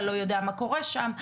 אתה לא יודע מה קורה שם,